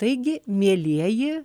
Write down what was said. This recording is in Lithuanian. taigi mielieji